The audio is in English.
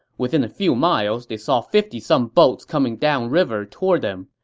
within a few miles, they saw fifty some boats coming down river toward them.